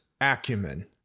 Acumen